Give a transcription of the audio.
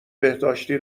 بهداشتی